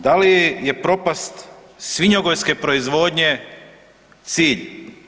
Da li je propast svinjogojske proizvodnje cilj?